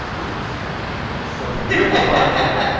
ooh, sweet. i can get a selfie with the butterfly.